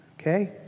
okay